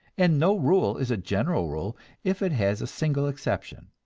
and no rule is a general rule if it has a single exception.